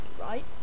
right